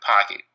pocket